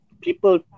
people